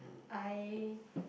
I